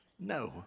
no